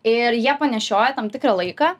ir jie panešioja tam tikrą laiką